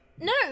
No